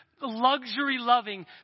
luxury-loving